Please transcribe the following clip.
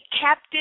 captive